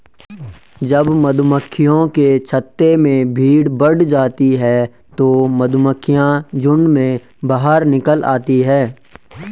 जब मधुमक्खियों के छत्ते में भीड़ बढ़ जाती है तो मधुमक्खियां झुंड में बाहर निकल आती हैं